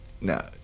No